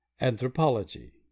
Anthropology